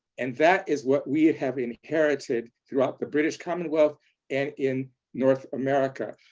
and that is what we have inherited throughout the british commonwealth and in north america.